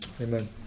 Amen